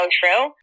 true